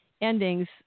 endings